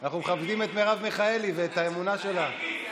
מיקי, מיקי,